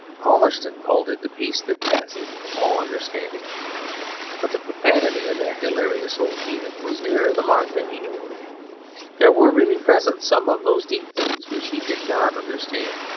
palmerston called it the peace that passeth all understanding but the profanity of that hilarious old heathen was nearer the mark than he knew there were really present some of those deep things which he did not understand.